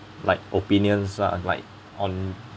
like opinions ah like on